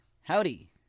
Howdy